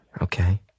okay